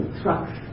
trucks